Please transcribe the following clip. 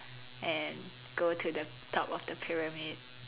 and go to the top of the pyramid